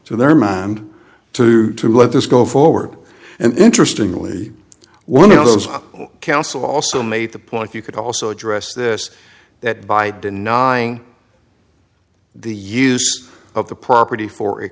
to their mind to to let this go forward and interestingly one of those council also made the point you could also address this that by denying the use of the property for a